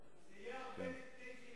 זה יהיה הרבה לפני שיהיה במליאה.